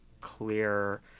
clear